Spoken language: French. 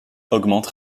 augmente